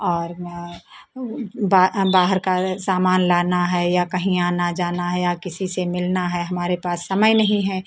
और बाहर का सामान लाना है या कहीं आना जाना है या किसी से मिलना है हमारे पास समय नहीं है